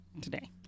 today